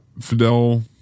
Fidel